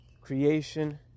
Creation